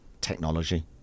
technology